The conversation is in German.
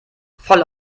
voll